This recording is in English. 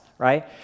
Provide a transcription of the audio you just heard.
right